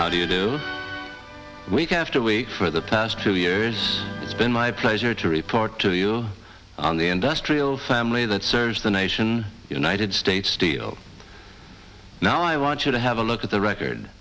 how do you do week after week for the past two years it's been my pleasure to report to you on the industrial family that serves the nation united states steel now i want you to have a look at the record